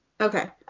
Okay